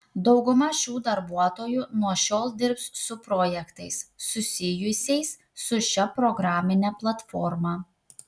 dauguma šių darbuotojų nuo šiol dirbs su projektais susijusiais su šia programine platforma